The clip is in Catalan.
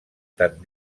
tant